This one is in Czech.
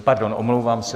Pardon, omlouvám se.